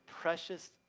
precious